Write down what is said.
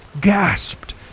gasped